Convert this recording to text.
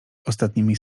ostatnimi